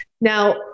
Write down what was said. Now